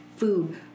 food